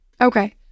okay